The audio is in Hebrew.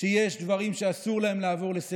שיש דברים שאסור לעבור עליהם לסדר-היום.